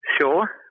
sure